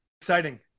exciting